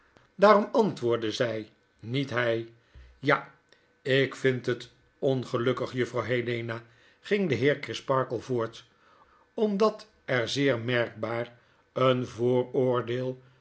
daarom antwoordde zij niet hg ja m jk vind het ongelukkig juflfrouw helena ging de heer crisparkle voort omdat er zeer merkbaar een vooroordeel